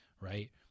right